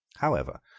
however,